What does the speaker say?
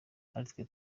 aritwo